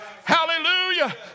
Hallelujah